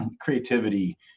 creativity